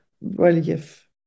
relief